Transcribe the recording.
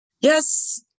yes